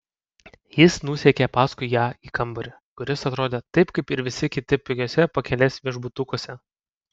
jis nusekė paskui ją į kambarį kuris atrodė taip kaip ir visi kiti pigiuose pakelės viešbutukuose